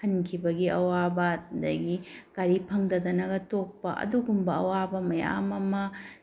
ꯍꯟꯈꯤꯕꯒꯤ ꯑꯋꯥꯕ ꯑꯗꯒꯤ ꯒꯥꯔꯤ ꯐꯪꯗꯗꯅꯒ ꯇꯣꯛꯄ ꯑꯗꯨꯒꯨꯝꯕ ꯑꯋꯥꯕ ꯃꯌꯥꯝ ꯑꯃ